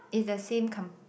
it's the same com~